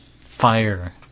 Fire